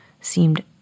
seemed